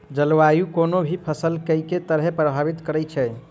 जलवायु कोनो भी फसल केँ के तरहे प्रभावित करै छै?